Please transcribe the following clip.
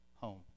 home